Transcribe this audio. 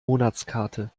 monatskarte